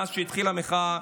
מאז שהתחילה המחאה,